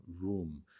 room